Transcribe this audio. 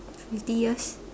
fifty years